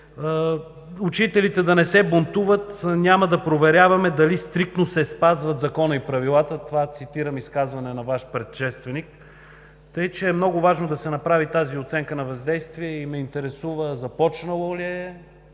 „учителите да не се бунтуват, няма да проверяваме дали стриктно се спазват Законът и правилата“ – цитирам изказване на Ваш предшественик. Така че е много важно да се направи тази оценка на въздействие. Интересува ме започнало ли е